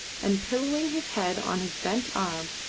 and, pillowing his head on his bent arm,